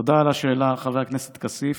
תודה על השאלה, חבר הכנסת כסיף.